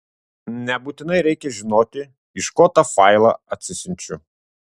nebūtinai reikia žinoti iš ko tą failą atsisiunčiu